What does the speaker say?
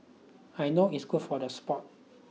I know it's good for the sport